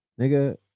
Nigga